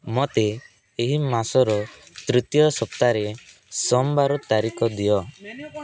ମୋତେ ଏହି ମାସର ତୃତୀୟ ସପ୍ତାରେ ସୋମବାର ତାରିଖ ଦିଅ